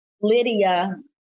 Lydia